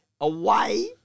Away